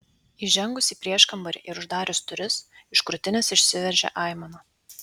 įžengus į prieškambarį ir uždarius duris iš krūtinės išsiveržė aimana